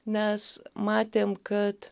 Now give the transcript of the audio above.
nes matėm kad